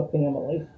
family